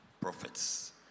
Prophets